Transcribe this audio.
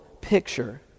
picture